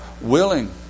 willing